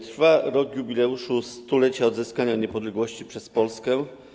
Trwa rok jubileuszu 100-lecia odzyskania niepodległości przez Polskę.